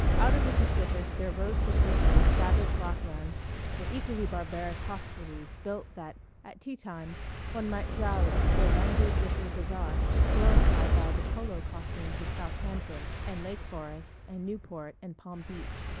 out of the pacific there rose to greet them savage rocklands and equally barbaric hostelries built that at tea-time one might drowse into a languid wicker bazaar glorified by the polo costumes of southhampton and lake forest and newport and palm beach.